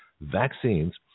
vaccines